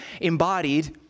embodied